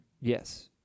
Yes